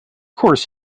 course